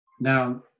Now